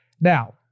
Now